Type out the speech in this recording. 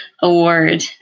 award